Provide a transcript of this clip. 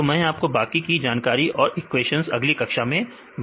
तो मैं आपको बाकी की जानकारियां और इक्वेशंस अगली कक्षा में बताऊंगा